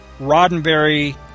Roddenberry